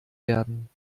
werden